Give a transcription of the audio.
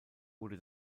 wurde